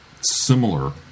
similar